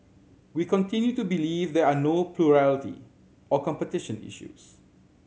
we continue to believe there are no plurality or competition issues